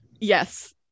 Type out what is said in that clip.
Yes